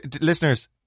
listeners